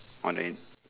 on the end